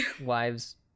wives